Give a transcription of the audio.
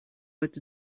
with